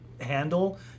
handle